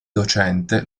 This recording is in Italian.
docente